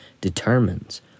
determines